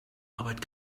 arbeit